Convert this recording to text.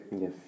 Yes